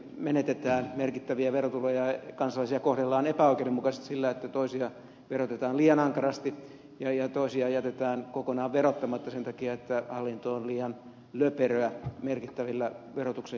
menetetään merkittäviä verotuloja kansalaisia kohdellaan epäoikeudenmukaisesti siten että toisia verotetaan liian ankarasti ja toisia jätetään kokonaan verottamatta sen takia että hallinto on liian löperöä merkittävillä verotuksen keräämissektoreilla